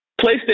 PlayStation